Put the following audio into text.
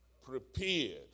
prepared